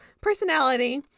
personality